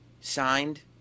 signed